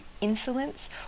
insolence